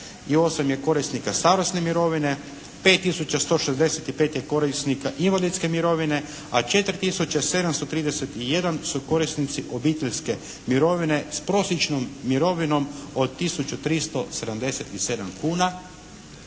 148 je korisnika starosne mirovine, 5 tisuća 165 je korisnika invalidske mirovine, a 4 tisuće 731 su korisnici obiteljske mirovine, s prosječnom mirovinom od tisuću 377 kuna.